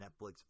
Netflix